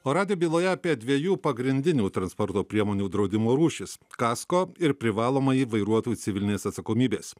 o radijo byloje apie dviejų pagrindinių transporto priemonių draudimo rūšis kasko ir privalomąjį vairuotojų civilinės atsakomybės